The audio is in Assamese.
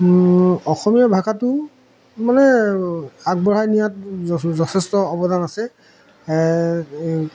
অসমীয়া ভাষাটো মানে আগবঢ়াই নিয়াত যথেষ্ট অৱদান আছে